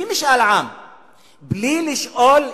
בלי משאל עם,